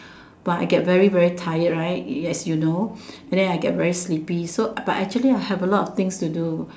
but I get very very tired right as you know and then I get very sleepy so but I actually have a lot of things to do